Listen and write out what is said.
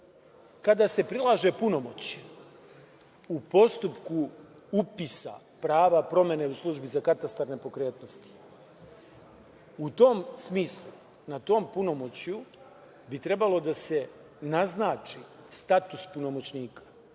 kada se prilaže punomoć u postupku upisa prava promene u Službi za katastar nepokretnosti, u tom smislu na tom punomoćju bi trebalo da se naznači status punomoćnika.